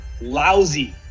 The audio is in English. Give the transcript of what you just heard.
lousy